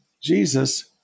Jesus